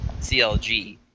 CLG